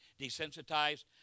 desensitized